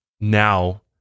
now